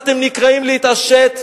אתם נקראים להתעשת,